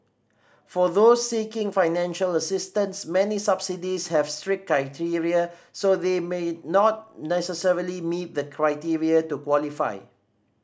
for those seeking financial assistance many subsidies have strict criteria so they may not necessarily meet the criteria to qualify